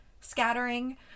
scattering